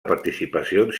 participacions